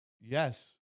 Yes